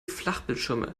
flachbildschirme